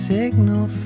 signal